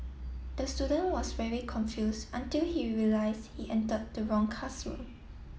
the student was very confused until he realised he entered the wrong classroom